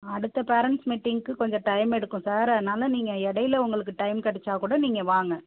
அடுத்த பேரண்ட்ஸ் மீட்டிங்குக்கு கொஞ்சம் டைம் எடுக்கும் சார் அதனால நீங்கள் இடையில உங்களுக்கு டைம் கிடைச்சா கூட நீங்கள் வாங்க